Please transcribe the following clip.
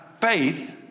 faith